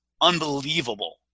unbelievable